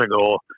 ago